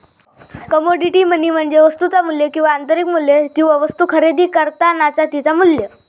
commodity money म्हणजे वस्तुचा मू्ल्य किंवा आंतरिक मू्ल्य किंवा वस्तु खरेदी करतानाचा तिचा मू्ल्य